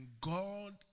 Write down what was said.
God